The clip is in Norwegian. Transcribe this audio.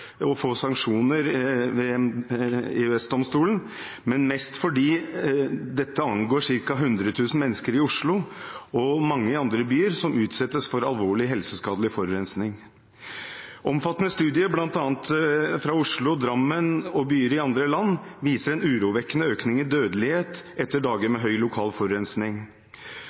å bli dømt av EØS-domstolen og få sanksjoner, men mest fordi dette angår ca. 100 000 mennesker i Oslo og i mange andre byer, som utsettes for alvorlig, helseskadelig forurensing. Omfattende studier fra bl.a. Oslo, Drammen og byer i andre land viser en urovekkende økning i